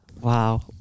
wow